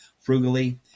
frugally